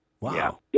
wow